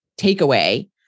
takeaway